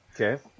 Okay